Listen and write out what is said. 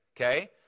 okay